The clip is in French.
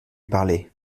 parler